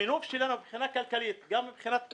המינוף שלנו מבחינה כלכלית, גם מבחינת חינוך,